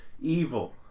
evil